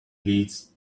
leads